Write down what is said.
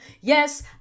Yes